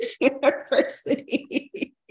university